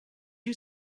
you